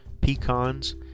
pecans